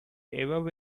above